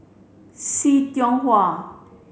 See Tiong Wah